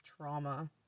trauma